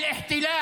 ראחת פלסטין.